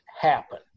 happen